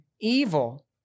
evil